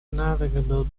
navigable